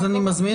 אני מזמין